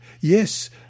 Yes